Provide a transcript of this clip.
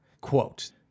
Quote